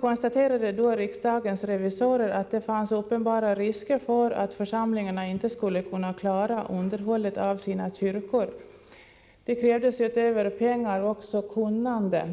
konstaterade riksdagens revisorer att det fanns uppenbara risker att församlingarna inte skulle kunna klara underhållet av sina kyrkor. Det krävdes utöver pengar också kunnande.